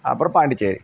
அப்புறம் பாண்டிச்சேரி